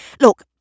Look